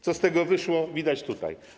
Co z tego wyszło, widać tutaj.